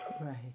right